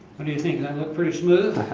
what do you think? does that look pretty smooth?